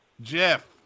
Jeff